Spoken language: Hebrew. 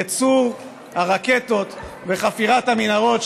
ייצור הרקטות וחפירת המנהרות,